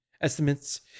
estimates